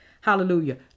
Hallelujah